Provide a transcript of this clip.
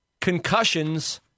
concussions